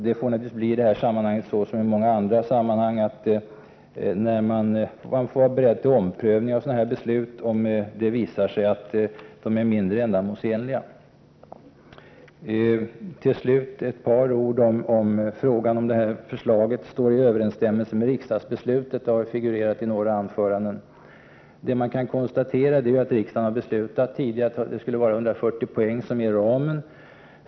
Det får naturligtvis bli så i detta som i många andra sammanhang, att man får vara beredd till omprövning av beslut om dessa visar sig vara mindre ändamålsenliga. Till slut några ord om frågan huruvida förslaget står i överensstämmelse med riksdagsbeslutet, som ju har figurerat i några anföranden. Vad man kan konstatera är att riksdagen tidigare har beslutat att 140 poäng skulle vara ramen.